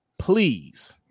please